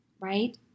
right